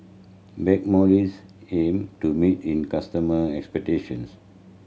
Blackmores aim to meet in customer expectations